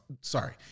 Sorry